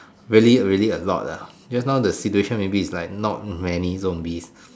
really really a lot lah just now the situation is like not many zombies